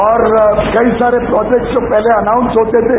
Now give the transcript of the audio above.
और कई सारे प्रोजेक्ट जो पहले अनाउंस होते थे